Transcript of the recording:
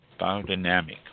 Biodynamic